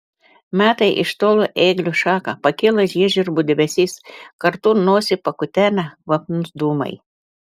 meta iš tolo ėglio šaką pakyla žiežirbų debesis kartu nosį pakutena kvapnūs dūmai